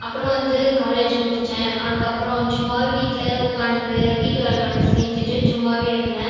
அப்புறம் வந்து காலேஜ் முடித்தேன் அதுக்கப்புறம் சும்மாவே வீட்டில் உட்கான்ட்டு வீட்டு வேலை மட்டும் செஞ்சிட்டுச் சும்மாகவே இருந்தேன்